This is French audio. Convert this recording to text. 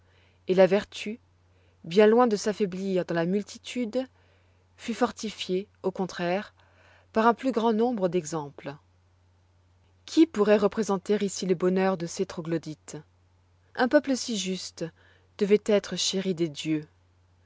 et la vertu bien loin de s'affoiblir dans la multitude fut fortifiée au contraire par un plus grand nombre d'exemples qui pourroit représenter ici le bonheur de ces troglodytes un peuple si juste devoit être chéri des dieux